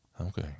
Okay